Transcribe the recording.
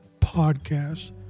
podcast